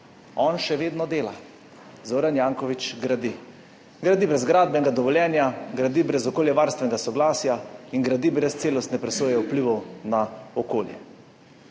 on še vedno dela. Zoran Janković gradi, gradi brez gradbenega dovoljenja, gradi brez okoljevarstvenega soglasja in gradi brez celostne presoje vplivov na okolje.